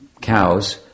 Cows